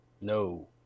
No